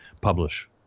publish